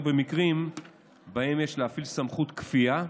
במקרים שבהם יש להפעיל סמכות כפייה,